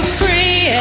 free